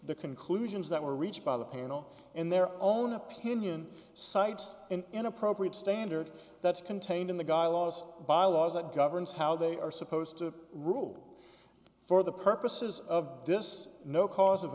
the conclusions that were reached by the piano in their own opinion sites in an appropriate standard that's contained in the guy laws bylaws that governs how they are supposed to rule for the purposes of this no cause of